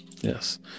Yes